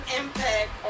impact